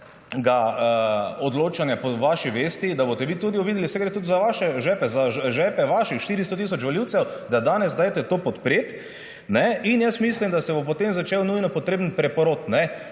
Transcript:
odločanja po vaši vesti, da boste vi tudi uvideli, saj gre tudi za vaše žepe, za žepe vaših 400 tisoč volivcev, da danes dajte to podpreti. Mislim, da se bo potem začel nujno potreben preporod.